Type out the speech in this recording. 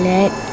Let